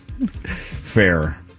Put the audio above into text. Fair